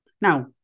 Now